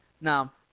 Now